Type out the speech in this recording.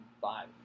five